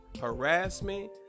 harassment